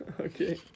okay